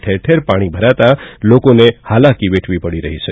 ઠેર ઠેર પાણી ભરાતા લોકોને ભારે હાલાકી વેઠવી પડી રહી છે